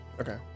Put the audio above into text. Okay